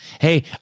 Hey